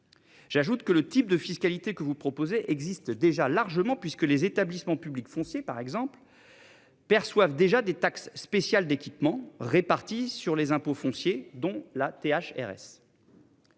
J'ajoute que le type de fiscalité que vous proposez existe déjà largement puisque les établissements publics fonciers par exemple. Perçoivent déjà des taxe spéciale d'équipement répartis sur les impôts fonciers dont la TH RS.